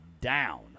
down